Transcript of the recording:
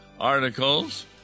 articles